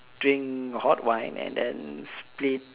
drink hot wine and then split